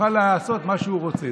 יוכל לעשות מה שהוא רוצה.